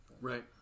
Right